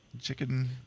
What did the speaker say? Chicken